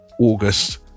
August